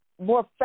more